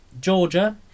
Georgia